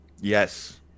yes